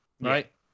right